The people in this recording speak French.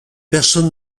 personne